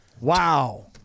Wow